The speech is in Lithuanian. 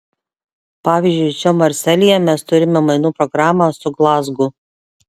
pavyzdžiui čia marselyje mes turime mainų programą su glazgu